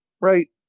Right